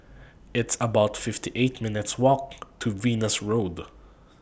It's about fifty eight minutes' Walk to Venus Road